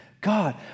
God